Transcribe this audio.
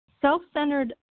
self-centered